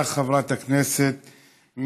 תודה לך, חברת הכנסת מלינובסקי.